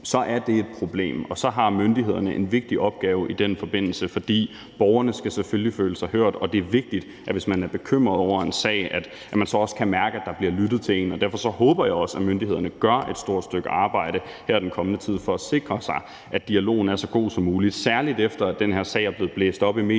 så er det et problem, og så har myndighederne en vigtig opgave i den forbindelse. For borgerne skal selvfølgelig føle sig hørt, og det er vigtigt, hvis man er bekymret over en sag, at man så også kan mærke, at der bliver lyttet til en. Derfor håber jeg også, at myndighederne gør et stort stykke arbejde her i den kommende tid for at sikre sig, at dialogen er så god som muligt, særlig efter at den her sag er blevet blæst op i medierne,